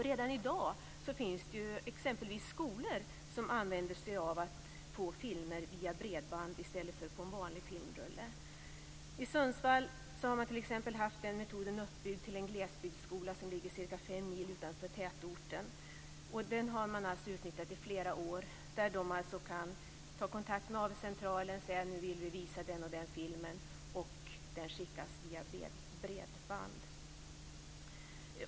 Redan i dag finns det exempelvis skolor som får filmer via bredband i stället för vanliga filmrullar. När det gäller Sundsvall har t.ex. en glesbygdsskola som ligger cirka fem mil utanför tätorten utnyttjat den metoden i flera år. Skolan kan alltså ta kontakt med AV-centralen och säga att man vill visa en speciell film och så skickas den via bredband.